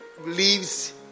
leaves